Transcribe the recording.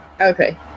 Okay